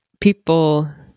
people